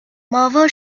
marvel